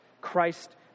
Christ